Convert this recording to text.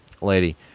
lady